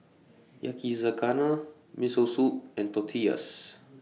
Yakizakana Miso Soup and Tortillas